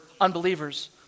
unbelievers